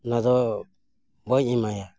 ᱚᱱᱟ ᱫᱚ ᱵᱟᱹᱧ ᱮᱢᱟᱭᱟ